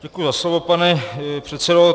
Děkuji za slovo, pane předsedo.